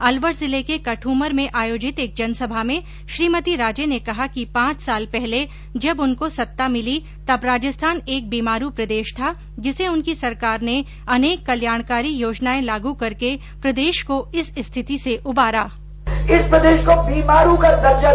अलवर जिले के कठूमर में आयोजित एक जनसभा में श्रीमती राजे ने कहा कि पांच साल पहले जब उनको सत्ता मिली तब राजस्थान एक बीमारू प्रदेश था जिसे उनकी सरकार ने अनेक कल्याणकारी योजनाएं लागू करके प्रदेश को इस स्थिति से उबारा